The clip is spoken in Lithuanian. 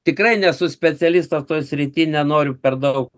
tikrai nesu specialistas toj srity nenoriu per daug